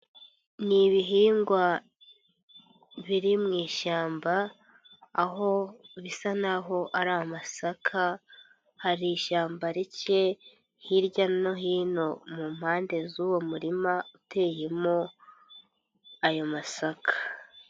Ni ibihingwa biri mu ishyamba aho bisa naho ari amasaka, hari ishyamba rike hirya no hino mu mpande z'uwo murima uteyemo ayo masaka.